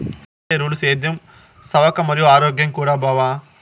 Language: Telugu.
సేంద్రియ ఎరువులు సేద్యం సవక మరియు ఆరోగ్యం కూడా బావ